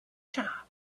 top